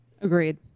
Agreed